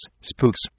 spooks